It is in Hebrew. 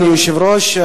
אדוני היושב-ראש,